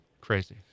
Crazy